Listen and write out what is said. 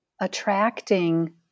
attracting